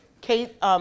Kate